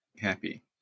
happy